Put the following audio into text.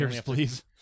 please